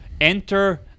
Enter